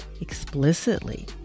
explicitly